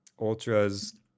ultras